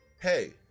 Hey